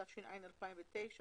התש"ע-20098,